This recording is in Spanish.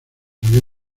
había